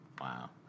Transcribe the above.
Wow